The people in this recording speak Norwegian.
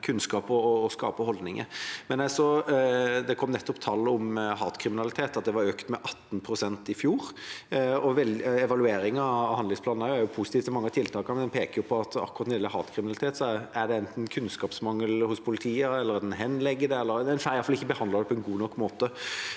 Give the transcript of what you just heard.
kunnskap og skape holdninger. Det kom nettopp tall om hatkriminalitet, som økte med 18 pst. i fjor. I evalueringa og handlingsplanen er en positive til mange av tiltakene, men peker på at akkurat når det gjelder hatkriminalitet, er det enten kunnskapsmangel hos politiet eller en henlegger det. En får i alle fall ikke behandlet det på en god nok måte.